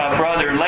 brother